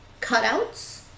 cutouts